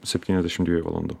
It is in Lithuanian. septyniasdešim dviejų valandų